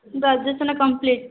graduation complete